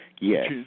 Yes